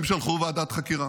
הם שלחו ועדת חקירה.